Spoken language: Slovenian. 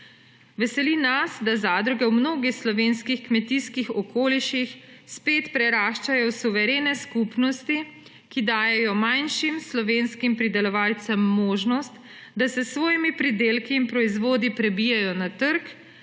Veseli nas, da zadruge v mnogo slovenskih kmetijskih okoliših spet preraščajo v suverene skupnosti, ki dajejo manjšim slovenskim pridelovalcem možnost, da se s svojimi pridelki in proizvodi prebijejo na trg,